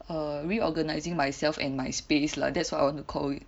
err reorganizing myself and my space lah that's what I want to call it